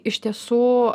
iš tiesų